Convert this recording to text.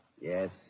Yes